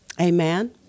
Amen